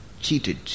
cheated